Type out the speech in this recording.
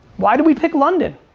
why did we pick london?